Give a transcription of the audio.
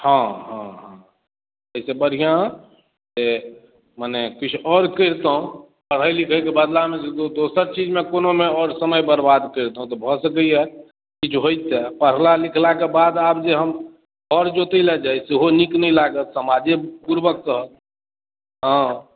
हॅं हॅं हॅं ई तऽ बढ़िऑं से माने किछु आओर करितहुॅं पढ़े लिखै के बदला जे दोसर चीजमे आओर कोनोमे समय बर्बाद करितहुॅं तऽ भऽ सकैया जे होइतै पढ़ला लिखलाक बाद आब जे हम हर जोतै लय जाइ सेहो नीक नहि लागत समाजे बुड़बक कहत हॅं